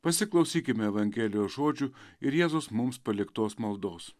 pasiklausykime evangelijos žodžių ir jėzaus mums paliktos maldos